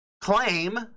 claim